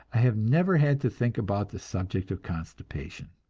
i have never had to think about the subject of constipation.